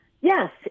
Yes